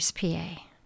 PA